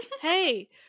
hey